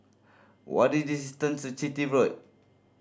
what distance Chitty Road